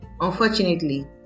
Unfortunately